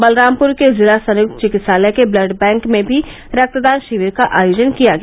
बलरामपुर के जिला संयुक्त चिकित्सालय के ब्लड बैंक में भी रक्तदान शिविर का आयोजन किया गया